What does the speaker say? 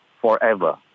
forever